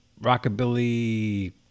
Rockabilly